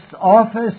office